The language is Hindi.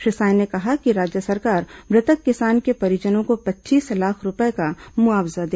श्री साय ने कहा कि राज्य सरकार मृतक किसान के परिजनों को पच्चीस लाख रूपये का मुआवजा दे